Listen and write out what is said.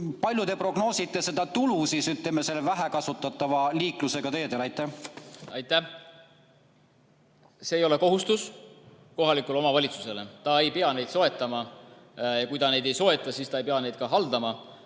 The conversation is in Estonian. Palju te prognoosite seda tulu väiksema liiklusega teedel? Aitäh! See ei ole kohustus kohalikule omavalitsusele. Ta ei pea neid soetama ja kui ta neid ei soeta, siis ta ei pea neid ka haldama.